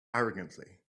arrogantly